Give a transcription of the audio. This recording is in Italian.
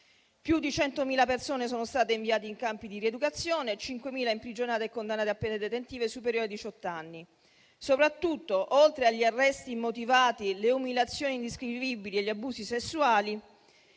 Più di 100.000 persone sono state inviate in campi di rieducazione, 5.000 imprigionate e condannate a pene detentive superiori a diciotto anni. Soprattutto, oltre agli arresti immotivati, alle umiliazioni indescrivibili e agli abusi sessuali,